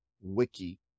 wiki